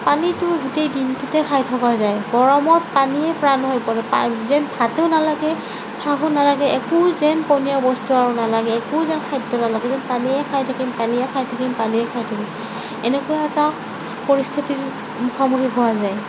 পানীটো গোটেই দিনটোতেই খাই থকা যায় গৰমত পানীয়ে প্ৰাণ হৈ পৰে পাই যেন ভাতো নালাগে চাহো নালাগে একো যেন পনীয়া বস্তু আৰু নালাগে একো যেন খাদ্য নালাগে যেন পানীয়ে খাই থাকিম পানীয়ে খাই থাকিম পানীয়ে খাই থাকিম এনেকুৱা এটা পৰিস্থিতিৰ মুখামুখি হোৱা যায়